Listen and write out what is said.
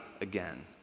again